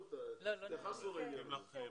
התייחסנו לעניין הזה.